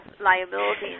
liability